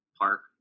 park